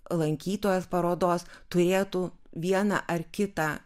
lankytojas parodos turėtų vieną ar kitą